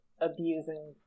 abusing